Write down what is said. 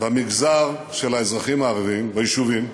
במגזר של האזרחים הערבים, ביישובים,